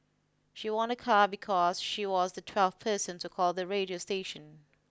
she won a car because she was the twelfth person to call the radio station